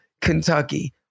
Kentucky